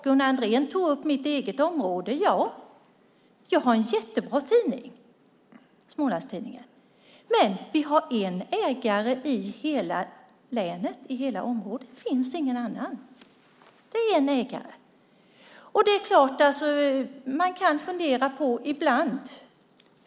Gunnar Andrén tog upp mitt eget område. Ja, jag har tillgång till en jättebra tidning, nämligen Smålands-Tidningen, men det finns endast en ägare i hela länet. Det finns ingen annan.